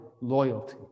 loyalty